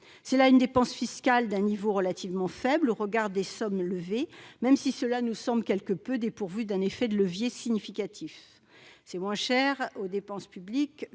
Cette dépense fiscale est d'un niveau relativement faible au regard des sommes levées, même si elle nous semble quelque peu dépourvue d'un effet de levier significatif. Elle coûte moins cher aux dépenses publiques